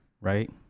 right